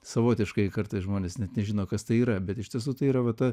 savotiškai kartais žmonės net nežino kas tai yra bet iš tiesų tai yra va ta